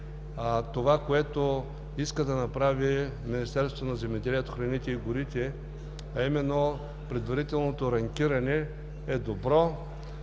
това, което иска да направи Министерството на земеделието, храните и горите – предварителното ранкиране, е добро.